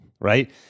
Right